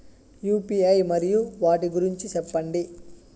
UPI మరియు వాటి గురించి సెప్పండి?